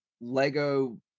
Lego